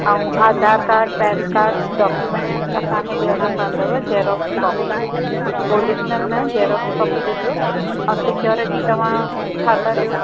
ऐं Aadhaar card PAN card documents असांखे ॾियणा पवंदव जेरोक्स कॉपी ओरिज़नल न जेरोक्स कॉपी ॾिजो ऐं सिक्योरिटी तव्हां छा था ॾियो